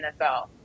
NFL